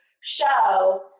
show